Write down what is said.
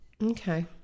Okay